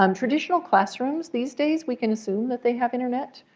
um traditional classrooms, these days we can assume that they have internet.